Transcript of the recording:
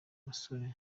basore